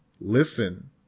listen